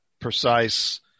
precise